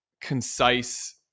concise